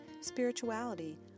spirituality